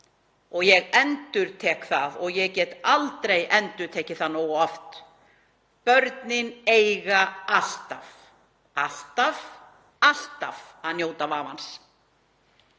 Ég endurtek það og ég get aldrei endurtekið það nógu oft: Börnin eiga alltaf, alltaf að njóta vafans.